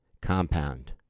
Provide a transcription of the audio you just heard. compound